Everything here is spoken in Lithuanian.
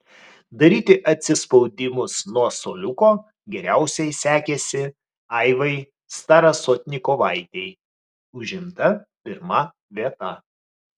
daryti atsispaudimus nuo suoliuko geriausiai sekėsi aivai starasotnikovaitei užimta pirma vieta